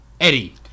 Eddie